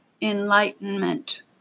enlightenment